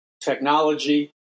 technology